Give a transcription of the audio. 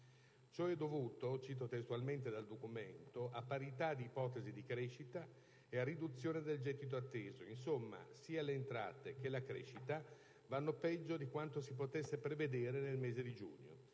Ciò è dovuto (cito testualmente dal documento) «a parità di ipotesi di crescita» a una «riduzione del gettito atteso». Insomma, sia le entrate che la crescita vanno peggio di quanto si potesse prevedere nel mese di giugno.